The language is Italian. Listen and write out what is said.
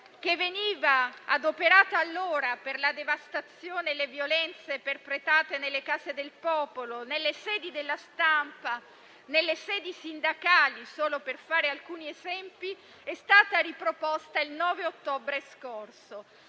che veniva adoperata allora per la devastazione e le violenze perpetrate nelle Case del popolo, nelle sedi della stampa e in quelle sindacali - solo per fare alcuni esempi - è stata riproposta il 9 ottobre scorso.